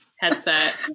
headset